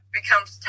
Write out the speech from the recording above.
becomes